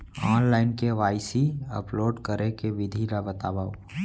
Online KYC upload करे के विधि ला बतावव?